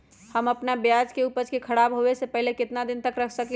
हम अपना प्याज के ऊपज के खराब होबे पहले कितना दिन तक रख सकीं ले?